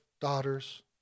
daughters